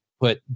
put